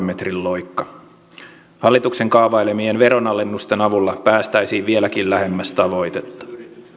metrin loikka hallituksen kaavailemien veronalennusten avulla päästäisiin vieläkin lähemmäs tavoitetta